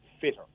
fitter